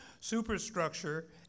Superstructure